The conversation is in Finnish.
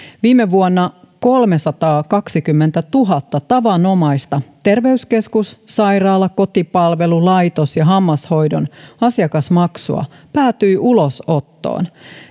viime vuonna kolmesataakaksikymmentätuhatta tavanomaista terveyskeskus sairaala kotipalvelu laitos ja hammashoidon asiakasmaksua päätyi ulosottoon